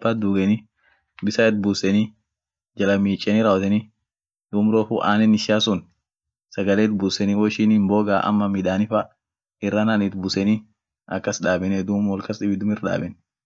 koda gogeesiit buuseni ak injin ak in ihamaan, sun silaate min kas daabeteni laanum duumii won teenin midaafetai